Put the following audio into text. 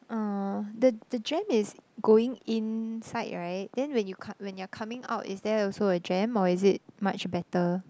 uh the the jam is going inside right then when you com~ when you're coming out is there also a jam or is it much better